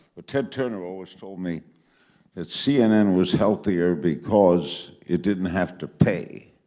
but ted turner always told me that cnn was healthier because it didn't have to pay.